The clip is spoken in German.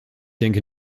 denke